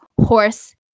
horse